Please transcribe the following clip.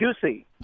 juicy